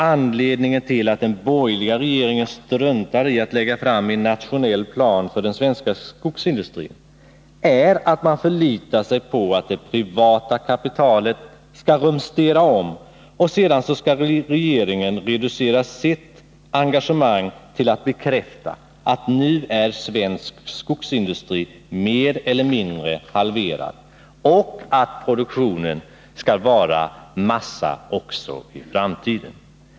Anledningen till att den borgerliga regeringen struntar i att lägga fram en nationell plan för den svenska skogsindustrin är att man förlitar sig på att det privata kapitalet skall rumstera om och att regeringen sedan skall kunna reducera sitt engagemang till att bekräfta att svensk skogsindustri är mer eller mindre halverad och att den skall producera massa också i framtiden.